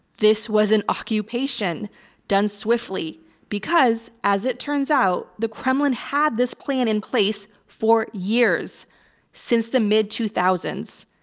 this was an occupation done swiftly because as it turns out, the kremlin had this plan in place for years since the mid two thousand